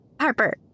Harper